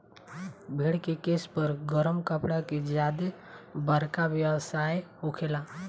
भेड़ के केश पर गरम कपड़ा के ज्यादे बरका व्यवसाय होखेला